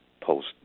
post